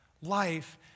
life